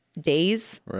days